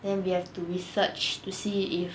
then we have to research to see if